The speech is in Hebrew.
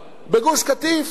בגוש-קטיף?